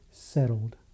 Settled